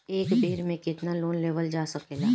एक बेर में केतना लोन लेवल जा सकेला?